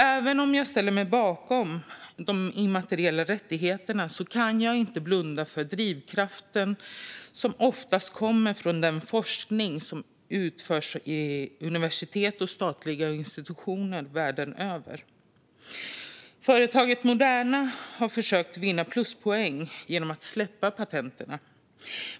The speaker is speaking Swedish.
Även om jag ställer mig bakom de immateriella rättigheterna kan jag inte blunda för att drivkraften oftast ändå är den forskning som utförs på universitet och statliga institutioner världen över. Företaget Moderna har försökt vinna pluspoäng genom att släppa patenten.